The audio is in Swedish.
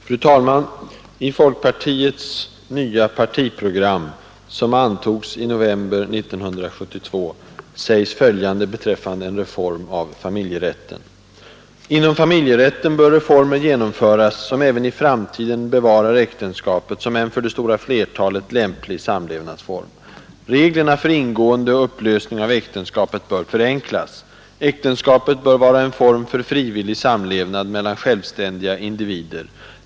Fru talman! I folkpartiets nya partiprogram, som antogs i november 1972, sägs följande beträffande en reform av familjerätten. ”Inom familjerätten bör reformer genomföras som även i framtiden bevarar äktenskapet som en för det stora flertalet lämplig samlevnadsform. Reglerna för ingående och upplösning av äktenskapet bör förenklas. Äktenskapet bör vara en form för frivillig samlevnad mellan självständiga individer.